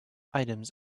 items